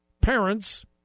Parents